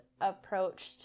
approached